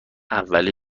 اول